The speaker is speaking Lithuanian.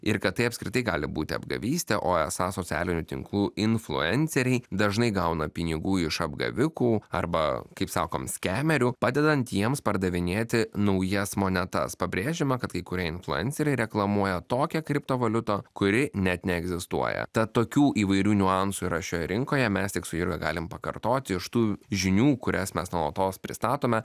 ir kad tai apskritai gali būti apgavystė o esą socialinių tinklų influenceriai dažnai gauna pinigų iš apgavikų arba kaip sakom skemerių padedant jiems pardavinėti naujas monetas pabrėžiama kad kai kurie influenceriai reklamuoja tokią kriptovaliutą kuri net neegzistuoja tad tokių įvairių niuansų yra šioje rinkoje mes tik su jurga galime pakartoti iš tų žinių kurias mes nuolatos pristatome